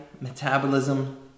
metabolism